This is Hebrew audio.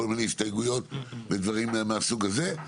כל מיני הסתייגויות ודברים מהסוג הזה.